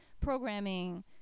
programming